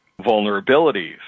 vulnerabilities